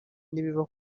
n’ibiba